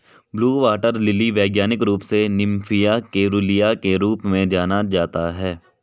blue water lily वैज्ञानिक रूप से निम्फिया केरूलिया के रूप में जाना जाता है